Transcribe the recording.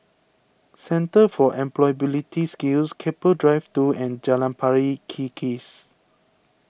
Centre for Employability Skills Keppel Drive two and Jalan Pari Kikis